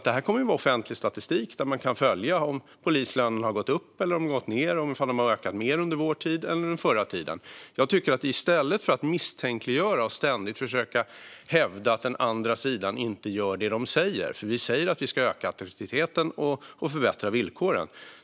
Det kommer att vara offentlig statistik där man kan följa om polislönerna har gått upp eller har gått ned och ifall de har ökat mer under vår tid eller under den förra tiden. Det kan man göra i stället för att misstänkliggöra och ständigt försöka hävda att den andra sidan inte gör det de säger. Vi säger att vi ska öka attraktiviteten och förbättra villkoren.